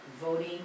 voting